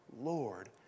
Lord